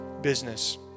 business